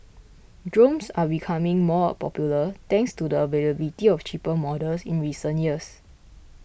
drones are becoming more popular thanks to the availability of cheaper models in recent years